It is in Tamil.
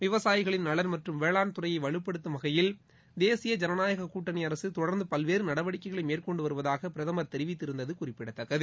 விவசாயிகளின் நலன் மற்றும் வேளாண் துறையை வலுப்படுத்தும் வகையில் தேசிய ஜனநாயகக் கூட்டனி அரசு தொடர்ந்து பல்வேறு நடவடிக்கைகளை மேற்கொண்டு வருவதாக பிரதமர் தெரிவித்திருந்தது குறிப்பிடத்தக்கது